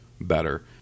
better